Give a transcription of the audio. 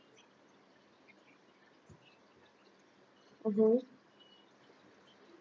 mmhmm